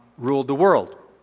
ruled the world.